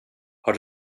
har